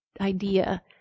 idea